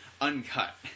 Uncut